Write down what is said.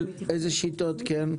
אילו שיטות כן?